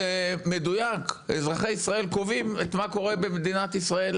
מדויק: אזרחי ישראל קובעים מה קורה במדינת ישראל.